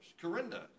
Corinda